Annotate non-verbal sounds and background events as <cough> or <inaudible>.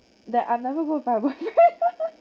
that I'm never going to find a boyfriend <laughs>